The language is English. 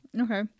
Okay